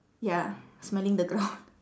ya smelling the ground